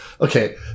okay